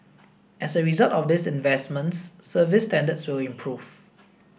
as a result of these investments service standards will improve